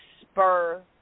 spur